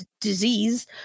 disease